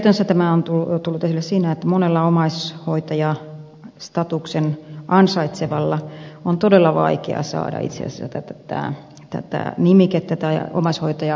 käytännössä tämä on tullut esille siinä että monella omaishoitajastatuksen ansaitsevalla on todella vaikea saada itse asiassa tätä nimikettä tai omaishoitaja asemaa